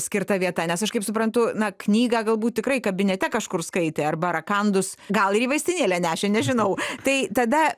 skirta vieta nes aš kaip suprantu na knygą galbūt tikrai kabinete kažkur skaitė arba rakandus gal ir į vaistinėlę nešė nežinau tai tada